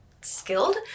skilled